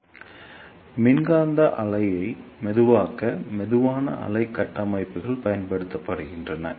எனவே மின்காந்த அலையை மெதுவாக்க மெதுவான அலை கட்டமைப்புகள் பயன்படுத்தப்படுகின்றன